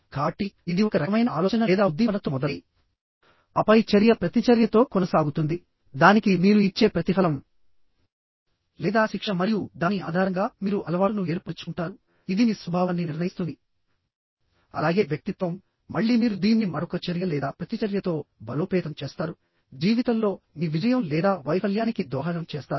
కాబట్టి ఇది ఒక రకమైన ఆలోచన లేదా ఉద్దీపనతో మొదలై ఆపై చర్య ప్రతిచర్యతో కొనసాగుతుంది దానికి మీరు ఇచ్చే ప్రతిఫలం లేదా శిక్ష మరియు దాని ఆధారంగా మీరు అలవాటును ఏర్పరుచుకుంటారు ఇది మీ స్వభావాన్ని నిర్ణయిస్తుంది అలాగే వ్యక్తిత్వం మళ్ళీ మీరు దీన్ని మరొక చర్య లేదా ప్రతిచర్యతో బలోపేతం చేస్తారు జీవితంలో మీ విజయం లేదా వైఫల్యానికి దోహదం చేస్తారు